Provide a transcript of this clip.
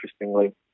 interestingly